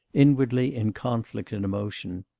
inwardly in conflict and emotion.